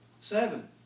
seven